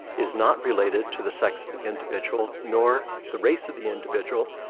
is not related to the sex of the individual, nor the race of the individual,